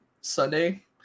Sunday